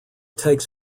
takes